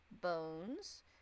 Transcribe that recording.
bones